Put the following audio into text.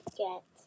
get